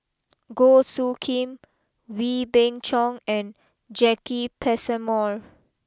Goh Soo Khim Wee Beng Chong and Jacki Passmore